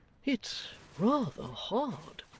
it's rather hard